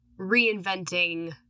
reinventing